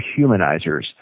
humanizers